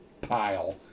pile